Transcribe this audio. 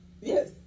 Yes